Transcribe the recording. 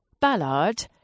Ballard